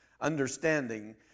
understanding